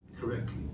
correctly